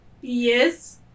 Yes